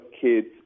kids